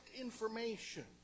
information